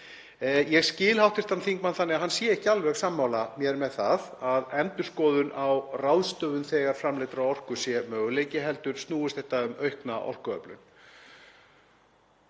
Ég skil hv. þingmann þannig að hann sé ekki alveg sammála mér með það að endurskoðun á ráðstöfun þegar framleiddrar orku sé möguleiki heldur snúist þetta um aukna orkuöflun.